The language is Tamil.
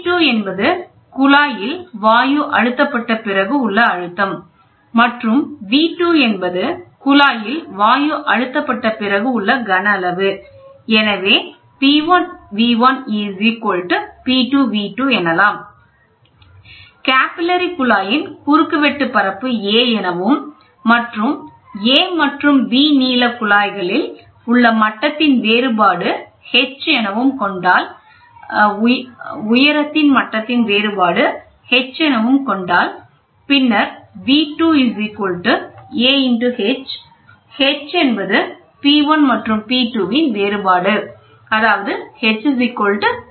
P2 என்பது குழாய் வாயு அழுத்தப்பட்ட பிறகு உள்ள அழுத்தம் மற்றும் V2 என்பது குழாயில் வாயு அழுத்தப்பட்ட பிறகு உள்ள கன அளவு எனவே P1V1P2V2 கேபில்லரி குழாயின் குறுக்கு வெட்டு பரப்பு a எனவும் மற்றும் A மற்றும் B நீள குழாய்களில் உள்ள மட்டத்தின் வேறுபாடு h எனவும் கொண்டால் பின்னர் V2 ah h என்பது P1 மற்றும் P2 இன் வேறுபாடு அதாவது h P2 P1